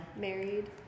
Married